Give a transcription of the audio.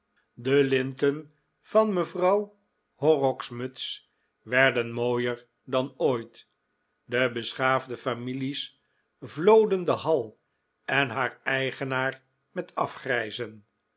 de linten van juffrouw horrocks muts werden mooier dan ooit de beschaafde families vloden de hall en haar eigenaar met afgrijzen